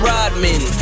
Rodman